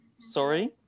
sorry